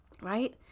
Right